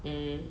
um